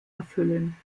erfüllen